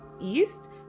east